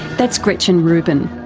that's gretchen rubin,